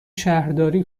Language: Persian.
شهرداری